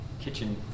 kitchen